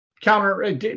counter